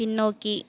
பின்னோக்கி